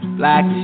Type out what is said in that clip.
black